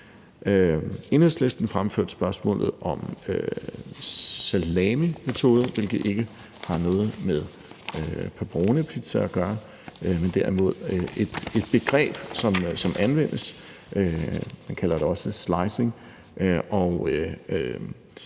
Enhedslisten fremførte spørgsmålet om salamimetoden, hvilket ikke har noget med pepperonipizza at gøre, men det er derimod et begreb, som anvendes, og som man også kalder